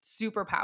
superpower